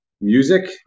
music